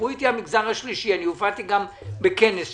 דיברו אתי המגזר השלישי, גם הייתי בכנס שלהם.